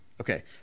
Okay